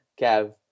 Kev